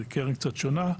זו קרן קצת שונה,